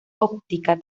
óptica